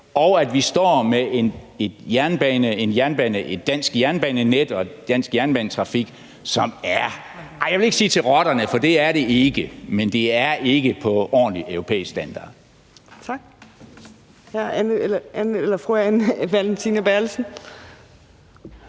og at vi står med et dansk jernbanenet og en dansk jernbanetrafik, som er, jeg vil ikke sige til rotterne, for det er det ikke, men som ikke er af en ordentlig europæisk standard. Kl.